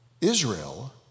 Israel